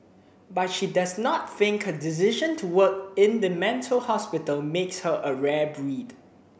but she does not think her decision to work in the mental hospital makes her a rare breed